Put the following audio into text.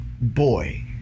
boy